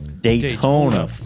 Daytona